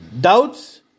Doubts